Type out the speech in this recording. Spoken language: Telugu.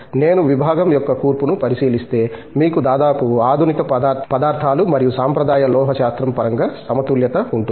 నేను విభాగం యొక్క కూర్పును పరిశీలిస్తే మీకు దాదాపు ఆధునిక పదార్థాలు మరియు సాంప్రదాయ లోహశాస్త్రం పరంగా సమతుల్యత ఉంటుంది